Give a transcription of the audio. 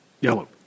Yellow